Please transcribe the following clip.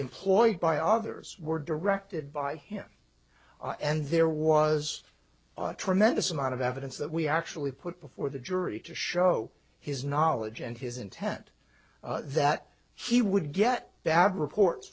employed by others were directed by him and there was a tremendous amount of evidence that we actually put before the jury to show his knowledge and his intent that he would get bad reports